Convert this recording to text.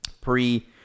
pre